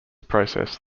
process